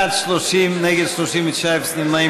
של קבוצת סיעת המחנה הציוני,